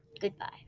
goodbye